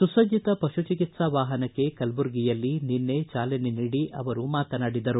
ಸುಸಜ್ಜಿತ ಪಶು ಚಿಕಿತ್ಸಾ ವಾಹನಕ್ಕೆ ಕಲಬುರಗಿಯಲ್ಲಿ ನಿನ್ನೆ ಚಾಲನೆ ನೀಡಿ ಅವರು ಮಾತನಾಡಿದರು